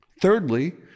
Thirdly